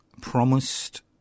promised